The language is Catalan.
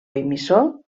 emissor